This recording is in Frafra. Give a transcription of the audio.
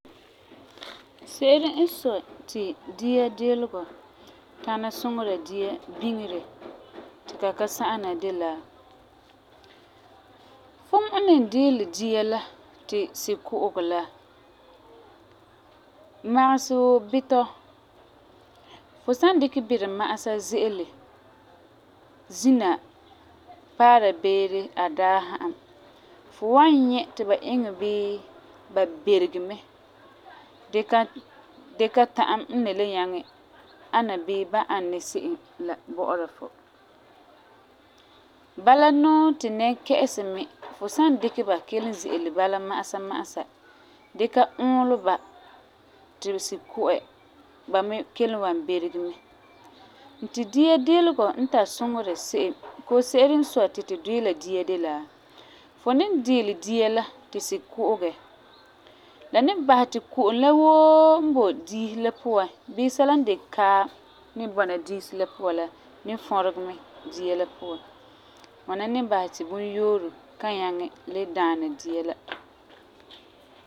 Se'ere n sɔi di dia diilegɔ tana suŋera dia biŋere ti la ka tana sa'ana de la: Fum n ni diilɛ dia la ti si ku'ugɛ la, magesɛ wuu bitɔ. Fu san dikɛ birema'asa ze'ele zina, paara beere a daasa'am, fu wan nyɛ ti ba iŋɛ bii ba berege mɛ dee ka ta'am n nan le ana bii ba n ana ni se'em la bɔ'ɔra fu. Bala nuu ti nɛnkɛ'ɛsi me, fu san dikɛ ba kelum ze'ele ba bala ma'asa ma'asa dee ka uulɛ ba ti si ku'ɛ ba me kelum wan berege mɛ. N ti dia diilegɔ n tari suŋerɛ se'em koo se'ere n sɔi ti tu diila dia de la, fu ni diilɛ dia la ti si ku'ugɛ, la ni basɛ ti ko'om la woo n boi diisi la puan bii sɛla n de kaam ni bɔna diisi la puan la ni fɔregɛ mɛ dia la puan. Ŋwana ni basɛ ti bunyooro kan nyaŋɛ le daana dia la.